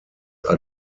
are